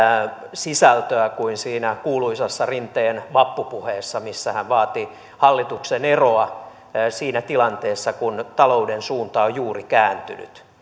sisältöä kuin siinä kuuluisassa rinteen vappupuheessa missä hän vaati hallituksen eroa siinä tilanteessa kun talouden suunta on juuri kääntynyt